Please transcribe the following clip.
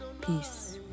Peace